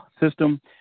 system